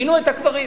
פינו את הקברים.